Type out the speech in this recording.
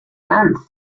meant